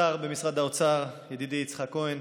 השר במשרד האוצר ידידי יצחק כהן,